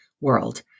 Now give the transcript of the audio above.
world